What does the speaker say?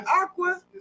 Aqua